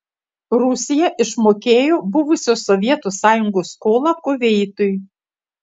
rusija išmokėjo buvusios sovietų sąjungos skolą kuveitui